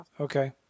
Okay